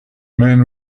men